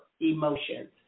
emotions